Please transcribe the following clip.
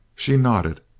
she nodded,